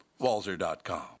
Walzer.com